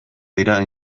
dira